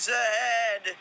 ahead